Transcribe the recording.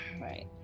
Right